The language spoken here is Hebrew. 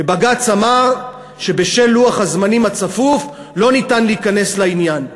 ובג"ץ אמר שבשל לוח הזמנים הצפוף לא ניתן להיכנס לעניין.